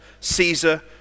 Caesar